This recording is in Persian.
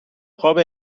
قاب